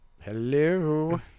hello